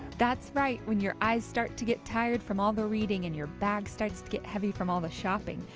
that's right, when your eyes start to get tired from all the reading, and your bag starts to get heavy from all the shopping.